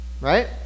Right